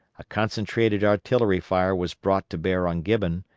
a concentrated artillery fire was brought to bear on gibbon,